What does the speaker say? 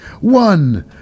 One